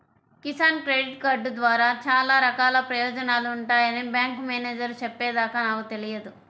Kisan credit card ద్వారా చాలా రకాల ప్రయోజనాలు ఉంటాయని బ్యాంకు మేనేజేరు చెప్పే దాకా నాకు తెలియదు